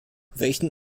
welchen